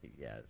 Yes